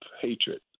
hatred